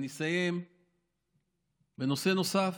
אני אסיים בנושא נוסף,